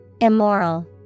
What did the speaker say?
Immoral